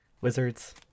Wizards